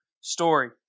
story